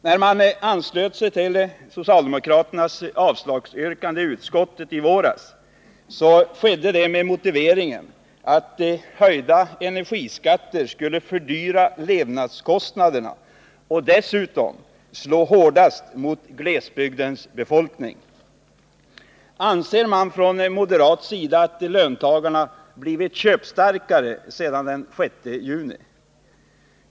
När man anslöt sig till socialdemokraternas avslagsyrkande i utskottet i våras, så skedde det med motiveringen att höjda energiskatter skulle fördyra levnadsomkostnaderna och dessutom slå hårdast mot glesbygdens befolkning. Anser man från moderat sida att löntagarna blivit köpstarkare sedan den 6 juni?